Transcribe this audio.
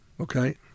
Okay